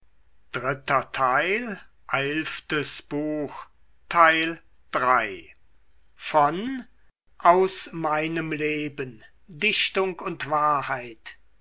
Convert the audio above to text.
goethe aus meinem leben dichtung und wahrheit